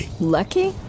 lucky